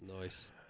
Nice